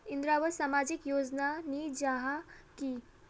इंदरावास सामाजिक योजना नी जाहा की?